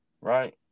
right